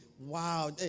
Wow